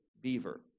Beaver